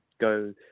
go